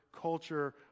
culture